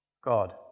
God